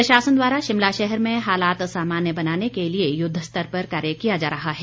प्रशासन द्वारा शिमला शहर में हालात सामान्य बनाने के लिए युद्धस्तर पर कार्य किया जा रहा है